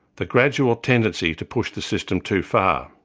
the gradual tendency to push the system too far.